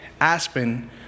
Aspen